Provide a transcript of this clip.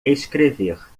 escrever